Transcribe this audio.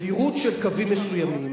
תדירות של קווים מסוימים